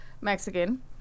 Mexican